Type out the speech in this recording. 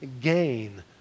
gain